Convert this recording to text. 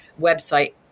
website